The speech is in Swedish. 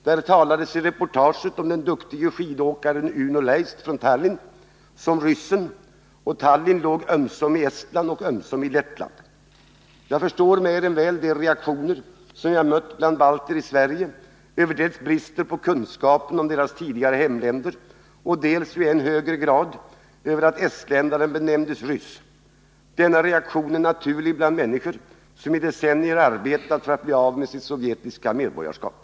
Där talades ireportaget om den duktige skidåkaren Uno Leist från Tallinn som ”ryssen”, och Tallinn låg ömsom i Estland och ömsom i Lettland. Jag förstår mer än väl de reaktioner som jag mött bland balter i Sverige dels över bristen på kunskaper om deras tidigare hemländer, dels — och i än högre grad — över att estländaren benämndes som ryss. Denna reaktion är naturlig bland människor som i decennier arbetat för att bli av med sitt sovjetiska medborgarskap.